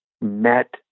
met